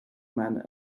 man